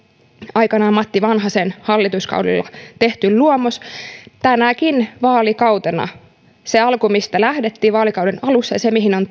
aikanaan matti vanhasen hallituskaudella tehty luomus kuitenkin tänäkin vaalikautena sen alun mistä lähdettiin vaalikauden alussa ja sen mihin on